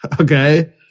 Okay